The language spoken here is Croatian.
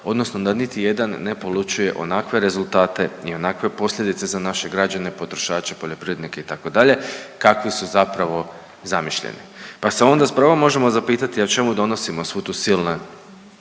odnosno da niti jedan ne polučuje onakve rezultate i onakve posljedice za naše građane potrošače, poljoprivrednike itd. kakvi su zapravo zamišljeni. Pa se onda s pravom možemo zapitati a čemu donosimo svu tu silnu